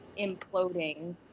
imploding